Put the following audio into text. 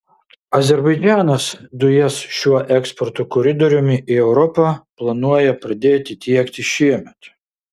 azerbaidžanas dujas šiuo eksporto koridoriumi į europą planuoja pradėti tiekti šiemet